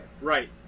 Right